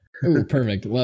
Perfect